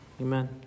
Amen